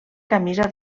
camisa